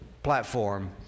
Platform